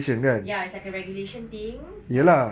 ya it's like a regulation thing ya